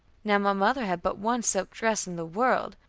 now my mother had but one silk dress in the world,